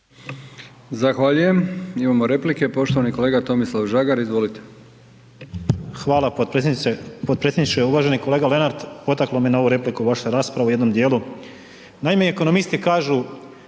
Zahvaljujem. Imamo replike, poštovani kolega Tomislav Žagar, izvolite. **Žagar, Tomislav (HSU)** Hvala potpredsjedniče. Uvaženi kolega Lenart, potaklo me na ovu repliku vaša rasprava u jednom dijelu. Naime, ekonomisti kažu,